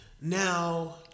Now